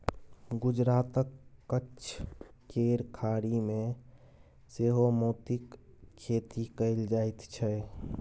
गुजरातक कच्छ केर खाड़ी मे सेहो मोतीक खेती कएल जाइत छै